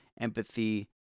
empathy